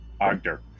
Ogder